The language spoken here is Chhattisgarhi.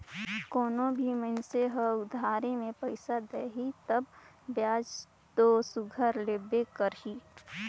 कोनो भी मइनसे हर उधारी में पइसा देही तब बियाज दो सुग्घर लेबे करही